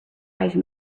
wise